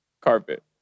carpet